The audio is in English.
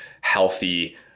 healthy